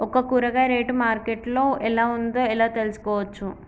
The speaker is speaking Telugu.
ఒక కూరగాయ రేటు మార్కెట్ లో ఎలా ఉందో ఎలా తెలుసుకోవచ్చు?